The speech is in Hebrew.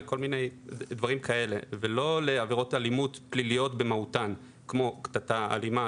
לכל מיני דברים כאלה ולא לעבירות אלימות פליליות במהותן כמו קטטה אלימה,